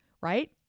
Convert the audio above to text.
right